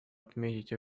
отметить